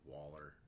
Waller